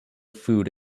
food